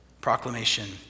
proclamation